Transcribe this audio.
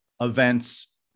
events